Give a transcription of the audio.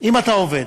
אם אתה עובד.